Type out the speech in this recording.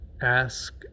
Ask